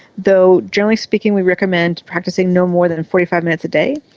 though generally speaking we recommend practising no more than forty five minutes a day.